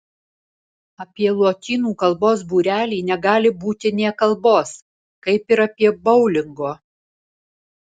apie lotynų kalbos būrelį negali būti nė kalbos kaip ir apie boulingo